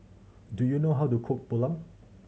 do you know how to cook Pulao